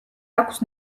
აქვს